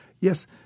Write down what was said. yes